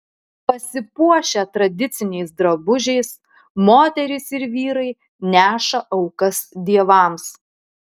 pasipuošę tradiciniais drabužiais moterys ir vyrai neša aukas dievams